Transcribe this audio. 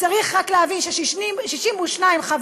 צריך רק להבין: 62 חברים,